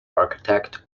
architect